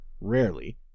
rarely